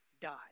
died